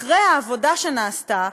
אחרי העבודה שנעשתה,